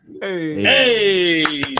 Hey